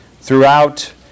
throughout